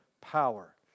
power